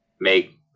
make